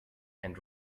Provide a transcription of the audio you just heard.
and